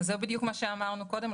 זה בדיוק מה שאמרנו קודם.